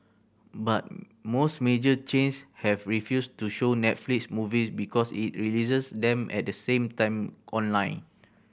but most major chains have refused to show Netflix movies because it releases them at the same time online